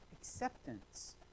acceptance